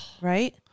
Right